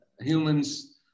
humans